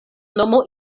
nomo